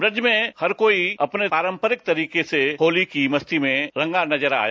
ब्रज में और हर कोई अपने पारंपरिक तरीके से होली की मस्ती में रंगा नजर आया